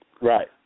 Right